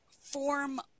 form